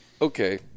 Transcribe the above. okay